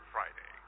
Friday